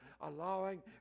allowing